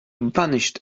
vanished